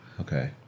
Okay